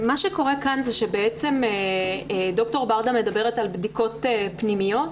מה שקורה כאן זה שד"ר ברדה מדברת על בדיקות פנימיות.